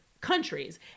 countries